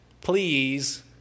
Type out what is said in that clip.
Please